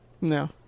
No